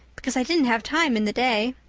because i didn't have time in the day.